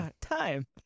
time